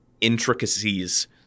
intricacies